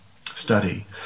study